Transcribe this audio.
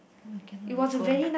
oh I cannot recall